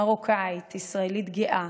מרוקאית ישראלית גאה,